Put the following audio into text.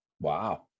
Wow